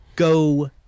Go